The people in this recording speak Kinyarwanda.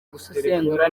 gusesengura